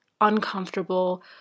uncomfortable